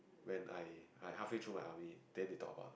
when I I my halfway through my army then they talk about